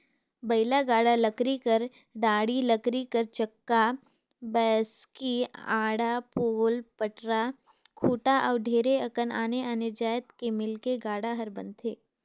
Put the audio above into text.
बइला गाड़ा लकरी कर डाड़ी, लकरी कर चक्का, बैसकी, आड़ा, पोल, पटरा, खूटा अउ ढेरे अकन आने आने जाएत ले मिलके गाड़ा हर बनथे